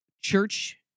church